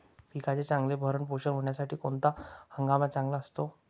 पिकाचे चांगले भरण पोषण होण्यासाठी कोणता हंगाम चांगला असतो?